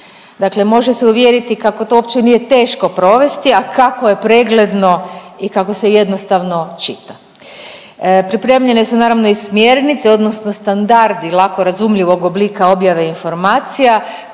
može se uvjeriti kako to uopće nije teško provesti, a kako je pregledno i kako se jednostavno čita. Pripremljene su naravno i smjernice odnosno standardi lako razumljivog oblika objave informacija,